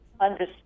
understood